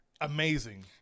Amazing